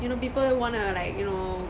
you know people want to like you know